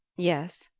yes,